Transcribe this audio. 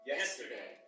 Yesterday